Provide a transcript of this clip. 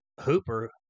Hooper